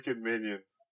minions